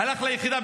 הלך ליחידה,